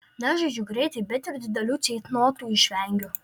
nežaidžiu greitai bet ir didelių ceitnotų išvengiu